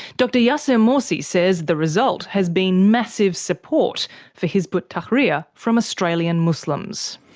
dr yassir morsi says the result has been massive support for hizb ut-tahrir from australian muslims.